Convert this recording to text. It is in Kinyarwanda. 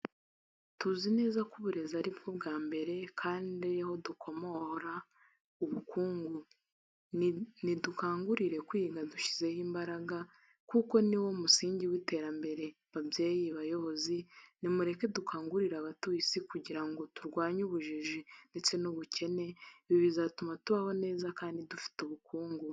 Tuzi neza ko uburezi ari bwo bwa mbere kandi ari ho dukomora ubukungu, ni dukangukire kwiga dushyizeho imbaraga kuko ni wo musingi w'iterambere, babyeyi, bayobozi ni mureke dukangurire abatuye isi kugira ngo turwanye ubujiji ndetse n'ubukene, ibi bizatuma tubaho neza kandi dufite ubukungu.